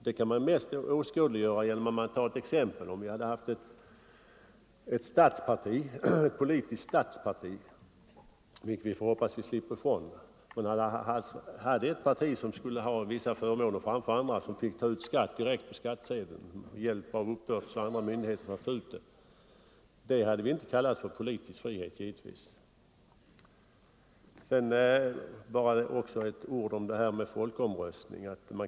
Det kan man bäst åskådliggöra genom ett exempel: Om det hade funnits ett politiskt statsparti — vilket vi får hoppas att vi slipper - med vissa förmåner framför andra partier, t.ex. rätt att ta ut skatt direkt på skattsedeln och med en möjlighet att få hjälp av uppbördsmyndigheter och andra myndigheter med att ta ut denna skatt, så hade vi givetvis inte kallat det för politisk frihet. Sedan bara ett par ord om folkomröstning.